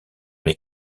les